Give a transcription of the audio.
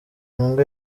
mbwa